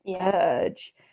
urge